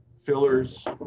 Fillers